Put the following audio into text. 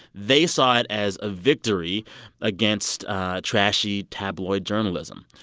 they saw it as a victory against trashy tabloid journalism.